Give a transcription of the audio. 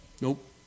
Nope